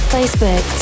Facebook